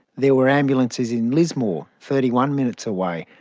there were ambulances in lismore, thirty one minutes away.